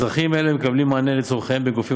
אזרחים אלה מקבלים מענה על צורכיהם בגופים